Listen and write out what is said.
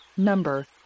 Number